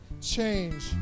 change